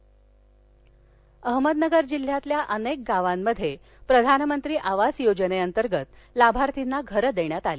अहमदनगर अहमदनगर जिल्ह्यातील अनेक गावामध्ये प्रधानमंत्री आवास योजनेअंतर्गत लाभार्थीना घर देण्यात आली